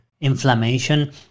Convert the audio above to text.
inflammation